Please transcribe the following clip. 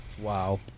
Wow